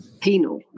penal